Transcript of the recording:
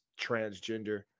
transgender